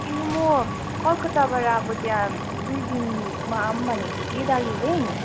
ए म कलकत्ताबाट अब त्यहाँ दुई दिनमा आउँ भनेको कि दार्जिलिङ